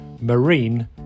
marine